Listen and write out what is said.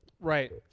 Right